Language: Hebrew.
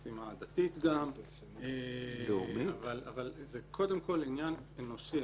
משימה דתית גם אבל זה קודם כל עניין אנושי.